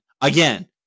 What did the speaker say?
again